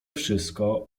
wszystko